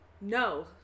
No